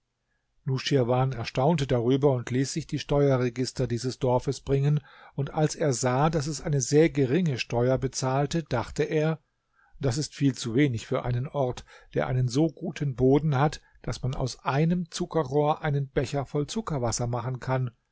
nuschirwan erstaunte darüber und ließ sich die steuerregister dieses dorfes bringen und als er sah daß es eine sehr geringe steuer bezahlte dachte er das ist viel zu wenig für einen ort der einen so guten boden hat daß man aus einem zuckerrohr einen becher voll zuckerwasser machen kann